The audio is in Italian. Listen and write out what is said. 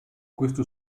questo